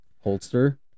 holster